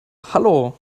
hallo